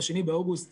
ב-2 באוגוסט